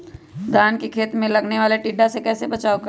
धान के खेत मे लगने वाले टिड्डा से कैसे बचाओ करें?